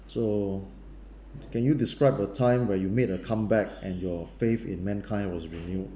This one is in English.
so can you describe a time where you made a comeback and your faith in mankind was renew